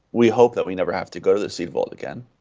we hope that we never have to go to the seed vault again.